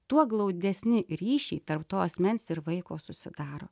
tuo glaudesni ryšiai tarp to asmens ir vaiko susidaro